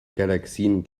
galaxien